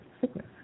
sickness